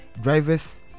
Drivers